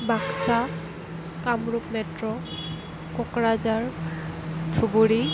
Baksa Kamrup metro Kokrajhar Dhubri